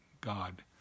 God